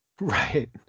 Right